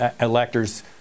electors